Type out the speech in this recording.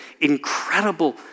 incredible